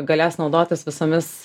galės naudotis visomis